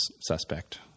suspect